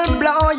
blow